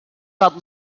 got